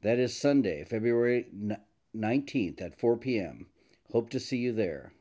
that is sunday february nineteenth at four pm hope to see you there